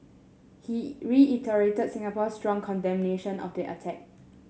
he reiterated Singapore's strong condemnation of the attack